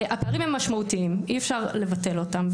הפערים הם משמעותיים, אי אפשר לבטל אותם.